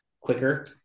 quicker